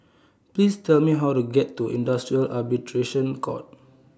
Please Tell Me How to get to Industrial Arbitration Court